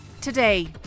today